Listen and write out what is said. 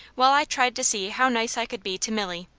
while i tried to see how nice i could be to milly.